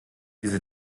diese